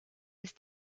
ist